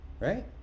Right